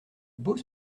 beaux